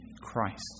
Christ